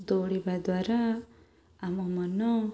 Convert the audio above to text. ଦୌଡ଼ିବା ଦ୍ୱାରା ଆମ ମନ